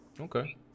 okay